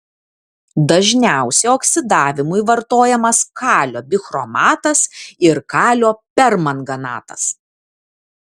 dažniausiai oksidavimui vartojamas kalio bichromatas ir kalio permanganatas